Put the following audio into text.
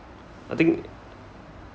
I think